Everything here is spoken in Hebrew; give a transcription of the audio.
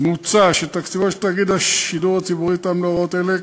מוצע שתקציבו של תאגיד השידור הציבורי יותאם להוראות אלה,